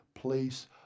place